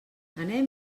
anem